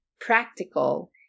Practical